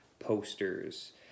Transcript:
posters